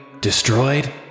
Destroyed